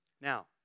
Now